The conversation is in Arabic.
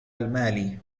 المال